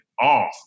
off